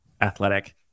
Athletic